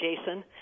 Jason